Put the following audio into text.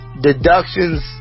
Deductions